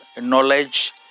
knowledge